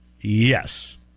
Yes